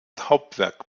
hauptwerk